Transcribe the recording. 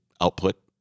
output